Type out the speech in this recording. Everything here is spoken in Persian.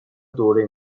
دوره